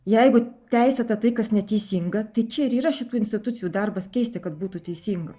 jeigu teisėta tai kas neteisinga tai čia ir yra šitų institucijų darbas keisti kad būtų teisinga